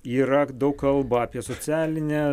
yra daug kalba apie socialinę